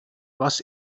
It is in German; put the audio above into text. was